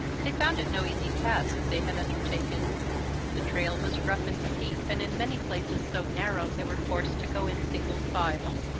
they found it no easy task they had undertaken the trail was rough and steep and in many places so narrow they were forced to go in single file.